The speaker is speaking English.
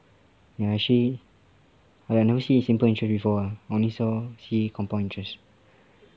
ya actually oh ya I never see simple interest before ah I only saw see compound interest